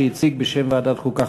שהציג בשם ועדת החוקה,